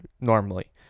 normally